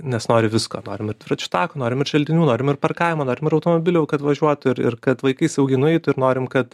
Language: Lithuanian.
nes nori visko norim ir dviračių tako norim ir želdinių norim ir parkavimo norim ir automobilių kad važiuotų ir ir kad vaikai saugiai nueitų ir norim kad